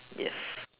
yes